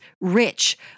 rich